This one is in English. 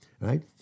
right